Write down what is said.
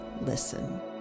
listen